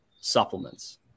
supplements